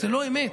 זה לא אמת,